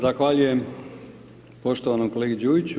Zahvaljujem poštovanom kolegi Đujiću.